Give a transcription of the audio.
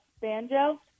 banjo